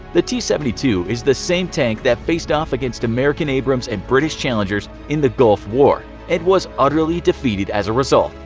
the t seventy two is the same tank that faced off against american abrams and british challengers in the gulf war and was utterly defeated as a result,